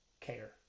care